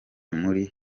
muri